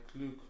look